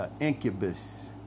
incubus